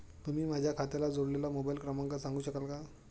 तुम्ही माझ्या खात्याला जोडलेला मोबाइल क्रमांक सांगू शकाल का?